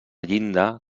llinda